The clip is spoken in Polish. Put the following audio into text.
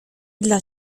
dla